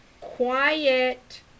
quiet